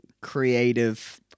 creative